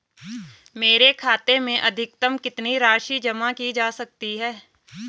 मेरे खाते में अधिकतम कितनी राशि जमा की जा सकती है?